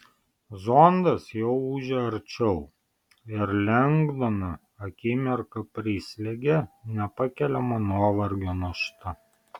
zondas jau ūžė arčiau ir lengdoną akimirką prislėgė nepakeliama nuovargio našta